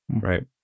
Right